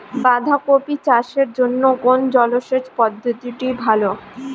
বাঁধাকপি চাষের জন্য কোন জলসেচ পদ্ধতিটি ভালো?